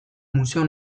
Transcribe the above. museo